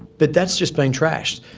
but that's just been trashed.